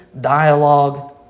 dialogue